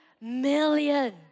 million